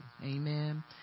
Amen